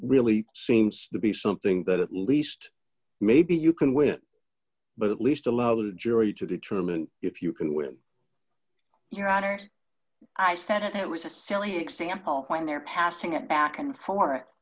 really seems to be something that at least maybe you can win but at least allow the jury to determine if you can when you're honored i said that was a silly example when they're passing it back and forth